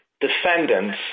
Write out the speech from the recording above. defendants